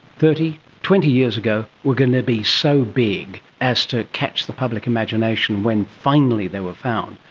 thirty, twenty years ago were going to be so big as to catch the public imagination when finally they were found.